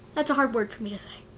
that's a hard word for me to say.